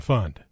Fund